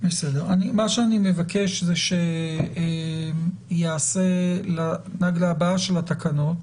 בסדר מה שאני מבקש זה שייעשה לנגלה הבאה של התקנות,